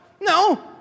No